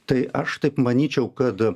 tai aš taip manyčiau kad